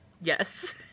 Yes